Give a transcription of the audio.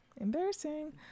Embarrassing